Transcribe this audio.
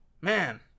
man